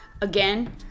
again